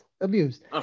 abused